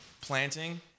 planting